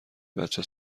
بچه